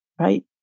right